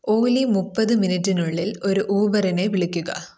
ഓലി മുപ്പത് മിനിറ്റിനുള്ളിൽ ഒരു ഊബറിനെ വിളിക്കുക